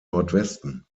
nordwesten